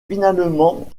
finalement